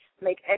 make